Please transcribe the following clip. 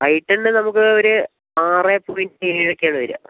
I ten നമുക്ക് ഒരു ആറ് പോയിന്റ് ഏഴ് ഒക്കെയാണ് വരിക